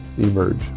emerge